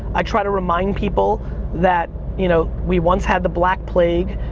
i try to remind people that, you know, we once had the black plague,